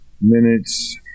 minutes